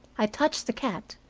i touched the cat,